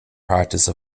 practice